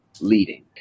leading